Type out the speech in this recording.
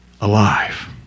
alive